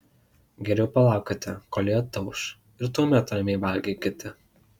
geriau palaukite kol ji atauš ir tuomet ramiai valgykite